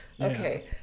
Okay